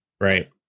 right